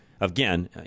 again